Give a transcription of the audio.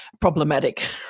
problematic